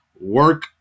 work